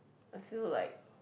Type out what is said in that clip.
I feel like